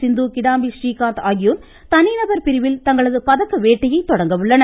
சிந்து கிடாம்பி றீகாந்த் ஆகியோர் தனிநபர் பிரிவில் தங்களது பதக்க வேட்டையை தொடங்க உள்ளனர்